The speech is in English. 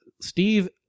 Steve